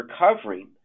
recovering